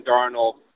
Darnold